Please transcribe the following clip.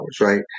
right